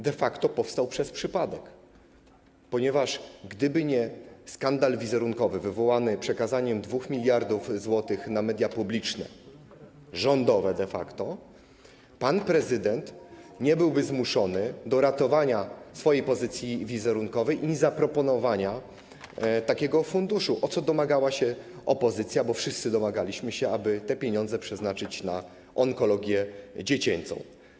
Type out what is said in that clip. De facto powstał przez przypadek, ponieważ gdyby nie skandal wizerunkowy wywołany przekazaniem 2 mld zł na media publiczne, rządowe de facto, pan prezydent nie byłby zmuszony do ratowania swojej pozycji wizerunkowej i zaproponowania takiego funduszu, czego domagała się opozycja, bo wszyscy domagaliśmy się, aby te pieniądze przeznaczyć na onkologię dziecięcą.